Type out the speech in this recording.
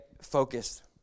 focused